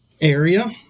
area